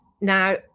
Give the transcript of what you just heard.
Now